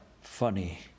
Funny